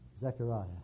Zechariah